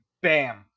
BAM